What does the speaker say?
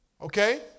Okay